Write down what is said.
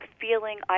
feeling